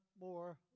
more